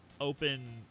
open